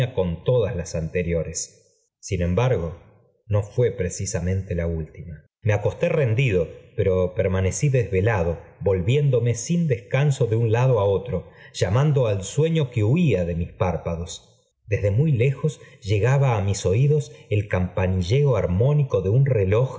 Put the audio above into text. con todas las anteriores sin embargo no fué precisamente la última me acosté rendido pero permanecí desvelado volviéndome sin descanso de un lado á otro llamando al sueño que huía de mis párpados desde muy lejos llegaba á mis oídos el campanilleo armónico de un reloj